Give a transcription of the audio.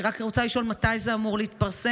אני רק רוצה לשאול מתי זה אמור להתפרסם,